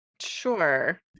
Sure